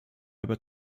aber